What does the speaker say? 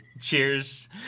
Cheers